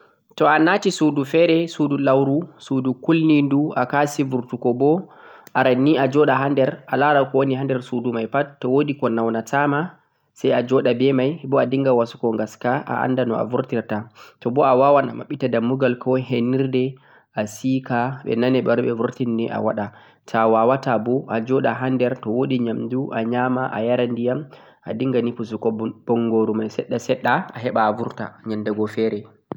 to a naati suudu feere, suudu lawru, suudu kulnindu, a ka'si burtugo bo, aran nia joɗa ha nder a laara ko woni ha nder suudu may pat, to woodi ko nawnatama say a joɗa be may, bo a dinnga wasu go ngaska, a annda no a burtirta, to bo a waawan a maɓɓita ndambugal ko hennirde a si'ka ɓe naane ɓe wara ɓe burtinni a waɗa, ta a waawaata bo a joɗa ha nder, to woodi nyaamndu a nyaama, a yara ndiyam, a dinnga ni pusugo nbongoru may seɗɗa seɗɗa a heɓa a burta nyannde go feere.